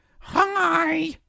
Hi